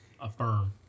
Affirm